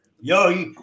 Yo